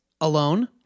alone